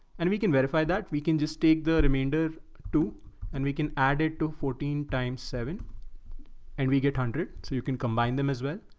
and we can verify that. we can just take the remainder two and we can add it to fourteen times seven and we get a hundred, so you can combine them as well.